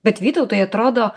bet vytautai atrodo